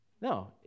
No